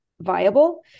viable